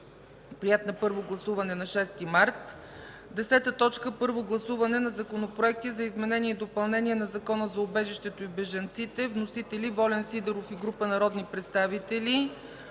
Приет на първо гласуване на 6 март 2015 г. 10. Първо гласуване на Законопроекти за изменение и допълнение на Закона за убежището и бежанците. Вносители – Волен Сидеров и група народни представители